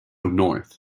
north